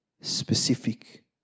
specific